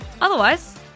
Otherwise